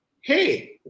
Hey